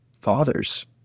fathers